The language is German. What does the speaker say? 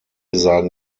sagen